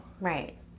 Right